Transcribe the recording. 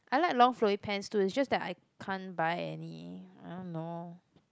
I like long flowing pants too it's just that I can't buy any I don't know